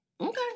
Okay